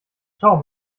schau